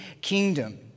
Kingdom